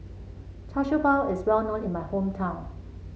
Char Siew Bao is well known in my hometown